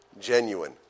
genuine